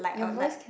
your voice can